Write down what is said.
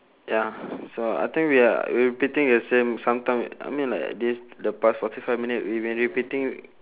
ya so I think we are we repeating the same sometime I mean like this the past forty five minute we been repeating